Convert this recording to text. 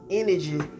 energy